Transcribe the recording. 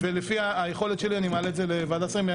ולפי היכולת שלי, אני מעלה את זה לוועדת השרים.